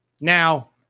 Now